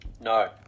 No